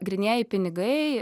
grynieji pinigai